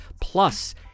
plus